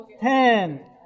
Ten